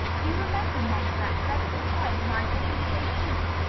do you remember, mamma, that dreadful time when i wouldn't say g?